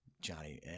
Johnny